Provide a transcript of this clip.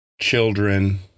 children